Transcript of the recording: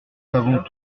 savons